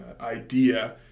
idea